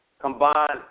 Combined